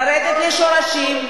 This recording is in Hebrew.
לרדת לשורשים,